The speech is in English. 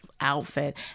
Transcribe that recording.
outfit